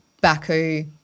Baku